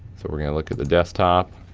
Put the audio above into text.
so, we're gonna look at the desktop,